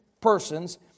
persons